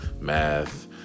math